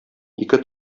ике